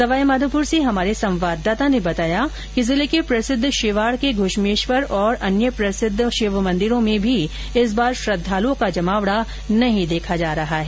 सवाईमाधोपुर से हमारे संवाददाता ने बताया कि जिले के प्रसिद्ध शिवाड के घुश्मेश्वर और अन्य प्रसिद्ध शिव मंदिरो में भी इस बार श्रद्धालुओं का जमावडा नहीं देखा जा रहा है